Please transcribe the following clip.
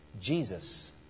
Jesus